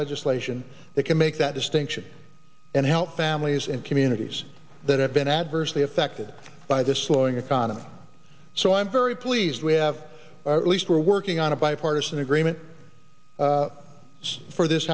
legislation that can make that distinction and help families and communities that have been adversely affected by the slowing economy so i'm very pleased we have at least we're working on a bipartisan agreement for this